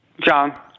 John